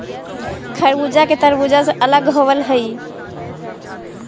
खरबूजा तारबुज से अलग होवअ हई